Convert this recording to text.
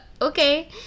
okay